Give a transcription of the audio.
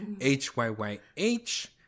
H-Y-Y-H